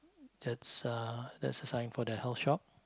that's uh that's a sign for the health shop